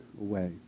away